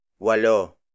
Walo